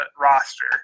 roster